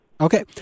Okay